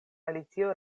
alicio